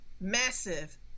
massive